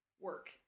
work